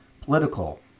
political